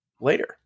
later